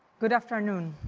good afternoon.